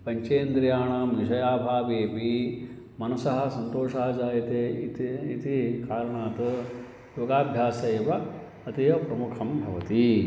पञ्चेन्द्रियाणां विषयाभावेपि मनसः सन्तोषः जायते इति इति कारणात् योगाभ्यास एव अतीवप्रमुखं भवति